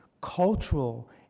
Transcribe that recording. cultural